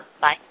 Bye